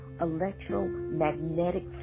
electromagnetic